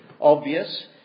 obvious